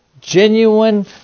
genuine